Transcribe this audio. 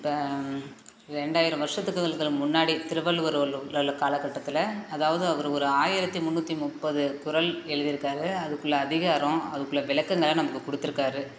இப்போ ரெண்டாயிரம் வருஷத்துக்கு இருக்கிறதுக்கு முன்னாடி திருவள்ளுவர் உள்ள உள்ள கால கட்டத்தில் அதாவது அவர் ஒரு ஆயிரத்து முன்னூற்றி முப்பது குறள் எழுதிருக்கார் அதுக்குள்ள் அதிகாரம் அதுக்குள்ளே விளக்கங்களை நமக்கு கொடுத்துருக்காரு